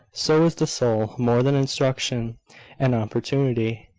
so is the soul more than instruction and opportunity,